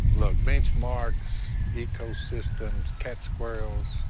look, benchmarks, ecosystems, cat squirrels,